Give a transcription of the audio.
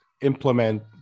implement